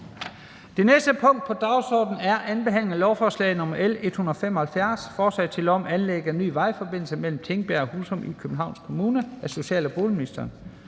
Det næste punkt på dagsordenen er: 34) 2. behandling af lovforslag nr. L 175: Forslag til lov om anlæg af ny vejforbindelse mellem Tingbjerg og Husum i Københavns Kommune. Af social- og boligministeren